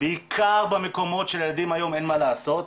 בעיקר במקומות שבהם לילדים היום אין מה לעשות,